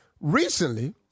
Recently